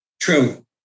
True